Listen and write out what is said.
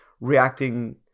reacting